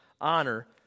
honor